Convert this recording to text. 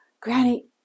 Granny